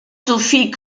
sophie